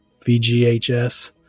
VGHS